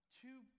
two